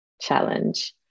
challenge